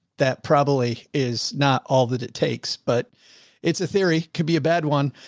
that probably is not all that it takes, but it's a theory can be a bad one.